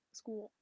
school